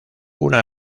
una